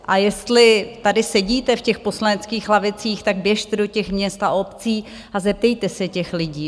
A jestli tady sedíte v těch poslaneckých lavicích, tak běžte do těch měst a obcí a zeptejte se těch lidí.